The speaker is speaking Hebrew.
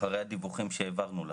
אחרי הדיווחים שהעברנו לכם,